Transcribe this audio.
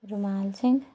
रुमाल सिंह